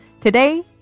Today